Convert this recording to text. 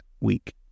week